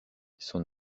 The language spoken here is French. son